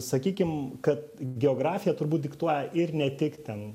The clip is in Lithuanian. sakykim kad geografiją turbūt diktuoja ir ne tik ten